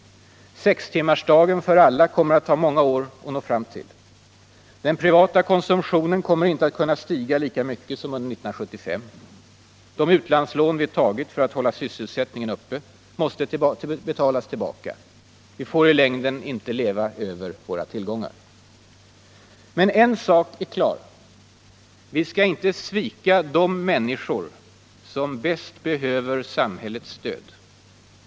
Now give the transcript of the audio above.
Sextimmarsdagen för alla kommer det att ta många år att nå fram till. Den privata konsumtionen kommer inte att kunna stiga lika mycket som under 1975. De utlandslån vi tagit för att hålla sysselsättningen uppe måste betalas tillbaka. Vi får i längden inte leva över våra tillgångar. Men en sak är klar: Vi skall inte svika de människor som bäst behöver samhällets stöd.